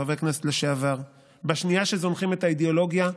בשנייה שזונחים את האידיאולוגיה,